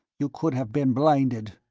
you could have been blinded.